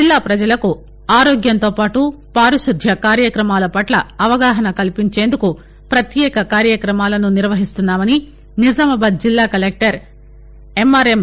జిల్లా పజలకు ఆరోగ్యంతోపాటు పారిశుద్య కార్యక్రమాల పట్ల అవగాహన కల్పించేందుకు పత్యేక కార్యక్రమాలను నిర్వహిస్తున్నామని నిజామాబాద్ జిల్లా కలెక్టర్ ఎంఆర్ఎం